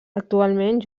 actualment